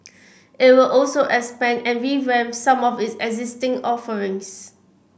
it will also expand and revamp some of its existing offerings